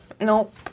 Nope